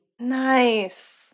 Nice